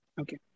Okay